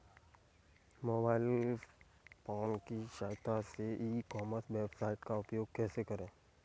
Mobile phone की सहायता से ई कॉमर्स वेबसाइट का उपयोग कैसे करें?